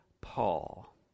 Paul